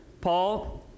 Paul